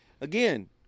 Again